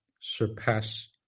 surpass